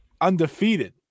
undefeated